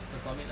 from it lah